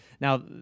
Now